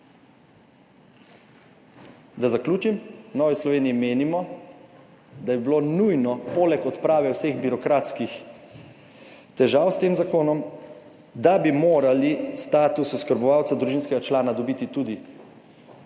Da zaključim. V Novi Sloveniji menimo, da bi bilo nujno poleg odprave vseh birokratskih težav s tem zakonom, da bi morali status oskrbovalca družinskega člana dobiti tudi